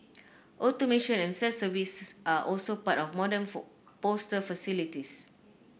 automation and self service are also part of modern postal facilities